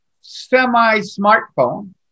semi-smartphone